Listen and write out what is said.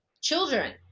Children